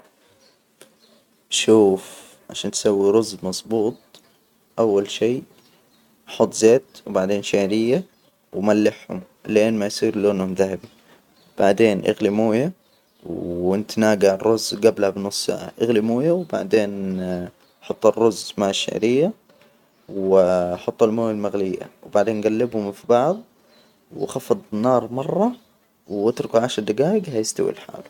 شوف عشان تسوي رز مظبوط، أول شي، حط زيت وبعدين شعرية وملحهم، لين ما يصير لونهم ذهبي، بعدين أغلي مويه، وإنت ناجع الرز جبلها بنص ساعة إغلي مويه، وبعدين حط الرز مع الشعرية، و حط المويه المغلية، وبعدين جلبهم في بعض وخفض النار مرة، وأتركه عشر دجايج هيستوي لحاله.